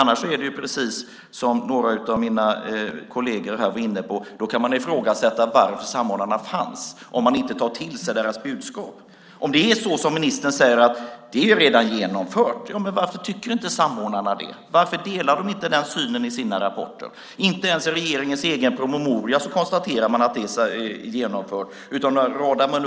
Annars är det ju precis som några av mina kolleger var inne på, att man kan ifrågasätta varför samordnarna finns om man inte tar till sig deras budskap. Om det är som ministern säger att det redan är genomfört, varför tycker inte samordnarna det? Varför delar de inte den synen i sina rapporter? Inte ens i regeringens egen promemoria konstaterar man att det är genomfört.